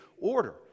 order